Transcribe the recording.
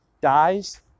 dies